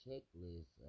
checklist